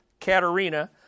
Katerina